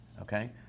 okay